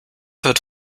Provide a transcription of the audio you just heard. wird